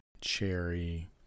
cherry